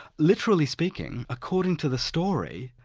literally speaking, according to the story,